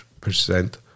percent